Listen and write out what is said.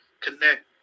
connect